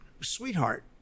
sweetheart